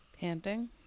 Panting